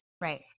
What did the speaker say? Right